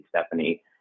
Stephanie